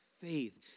faith